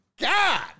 God